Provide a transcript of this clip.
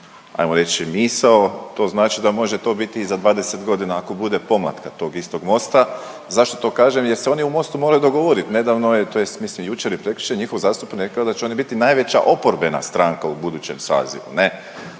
ajmo reći misao. To znači da može to biti i za 20 godina ako bude pomlatka tog istog Mosta. Zašto to kažem? Jer se oni u Mostu moraju dogovorit, nedavno je tj. mislim jučer i prekjučer njihov zastupnik rekao da će oni biti najveća oporbena stranka u budućem sazivu,